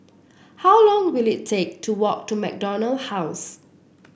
how long will it take to walk to MacDonald House